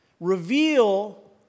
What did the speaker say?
reveal